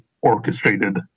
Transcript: orchestrated